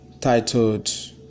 titled